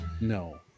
no